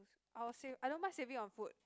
I will save I don't mind saving on food